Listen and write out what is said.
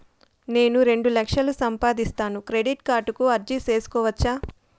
నేను రెండు లక్షలు సంపాదిస్తాను, క్రెడిట్ కార్డుకు అర్జీ సేసుకోవచ్చా?